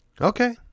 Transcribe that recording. Okay